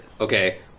okay